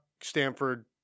stanford